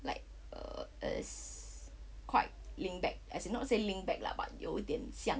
like err it's quite linked back as in not say linked back lah but 有一点像